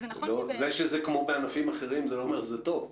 זה שזה כמו בענפים אחרים, זה לא אומר שזה טוב.